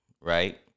right